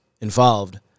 involved